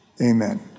amen